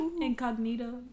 incognito